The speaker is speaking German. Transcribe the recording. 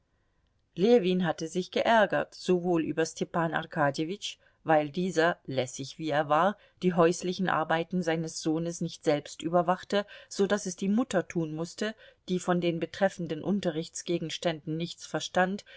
ljewin hatte sich geärgert sowohl über stepan arkadjewitsch weil dieser lässig wie er war die häuslichen arbeiten seines sohnes nicht selbst überwachte so daß es die mutter tun mußte die von den betreffenden unterrichtsgegenständen nichts verstand